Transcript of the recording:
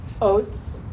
Oats